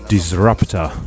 Disruptor